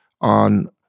on